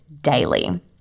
daily